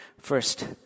First